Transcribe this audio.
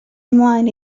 ymlaen